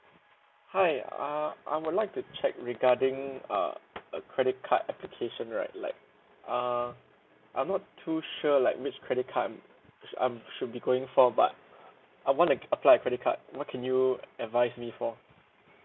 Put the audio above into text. hi uh I would like to check regarding uh a credit card application right like err I'm not too sure like which credit card um should be going for but I want to apply for credit card what can you advise me for